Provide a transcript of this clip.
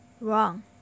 Wrong